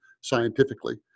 scientifically